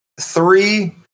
three